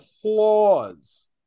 applause